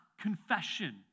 confession